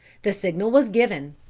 the signal was given.